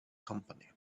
company